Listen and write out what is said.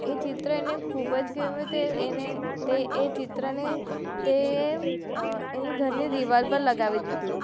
એ ચિત્ર એને ખૂબ જ ગમ્યું તે એને તે એ ચિત્રને તે એમ એની ઘરની દીવાલ પર લગાવી દીધું